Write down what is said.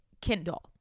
Kindle